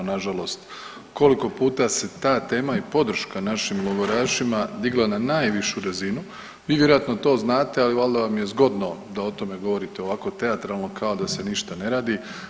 Nažalost, koliko puta se ta tema i podrška našim logorašima digla na najvišu razinu, vi vjerojatno to znate, ali valjda vam je zgodno da o tome govorite ovako teatralno kao da se ništa ne radi.